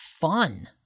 fun